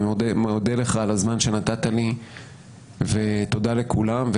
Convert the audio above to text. אני מודה לך על הזמן שנתת לי ותודה לכולם.